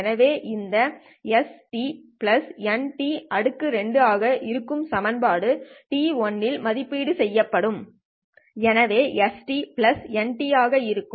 எனவே இந்த ||S N|2 ஆக இருக்கும் சமன்பாடு t1 இல் மதிப்பீடு செய்யப்பட்டது எனவே S N ஆக இருக்கும்